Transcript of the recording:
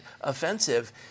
offensive